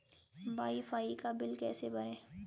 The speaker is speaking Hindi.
वाई फाई का बिल कैसे भरें?